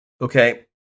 okay